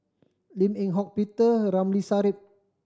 Lim Eng Hock Petere Ng Ramli Sarip